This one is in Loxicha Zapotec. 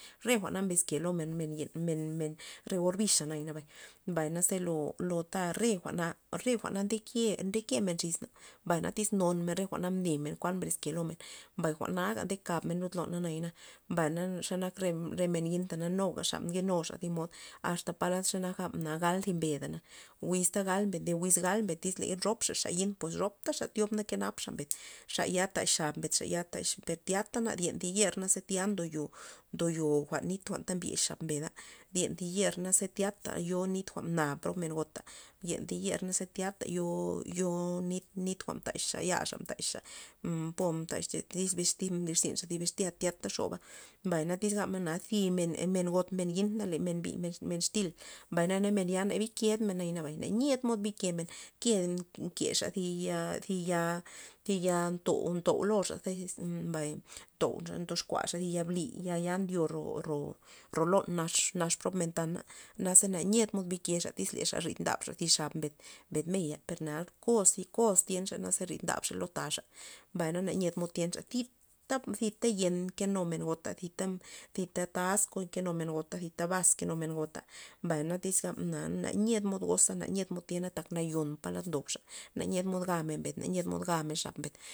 Re jwa'na mbes kelomen men yen men- men re orbixa nayana mbay naze lo re jwa'na re jwa'na ndeke ndemen xis na pero na tyz nom men re jwa'na nimen kuan mbres ke lo men, mbay jwa'naga ndekabmen lud loney nayana mbay xe nak re re men yita nu gaxa nkenuxa thi mod asta palad xa a gabna gal thi beda wiz ta galbeda mbes iz rop xe yit pues rop taxa thiob na kenap xa mbed xaya tax xab mbed xa ya tax per tyata na ndyen thi yer na tya ndoyo ndoyo jwa'n nit jwa'n nxex zab mbeda dyen thi yer nazeb tyata yo nit na prob men gota dyenthi yer na tya ze yo- yo nit- nit jwa'n ndaxa yaxa ndaxa por tyz mda iz bixtila iz mbli zynxa thi bixtya tyata zyoba mbay tyz gabmen thib men men got men yit na le men bi men xtyl mbay men ya na biked na niedey xomod bikemen ke keza thi ya thi ya thi ya ntou loza ze mbay ntouxa ntoux kuaxa thi ya bli ya- ya ndyo ro- ro- ro lon nax nax prob men tana naze na yied mod kexa tyz lexa ryd ndabxa thi xab mbed mbed meya koz thi koz tienxa naze rid ndabxa lo ta xa mbay na nkengta mod tyenxa thib zita yen nken men gota zita taz zita nkenu men gota zita bas nkenu men gota mbay na tyz gabna na nyed mod goza nayied mod tiena tan nayon po ta ndobxa na nyed mod gamen mbed na nyed mod gamen xab mbed.